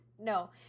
No